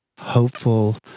hopeful